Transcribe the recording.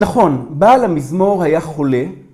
נכון, בעל המזמור היה חולה.